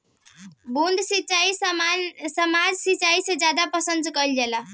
बूंद सिंचाई सामान्य सिंचाई से ज्यादा पसंद कईल जाला